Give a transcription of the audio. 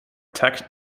tec